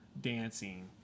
dancing